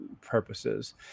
purposes